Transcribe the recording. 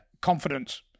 Confidence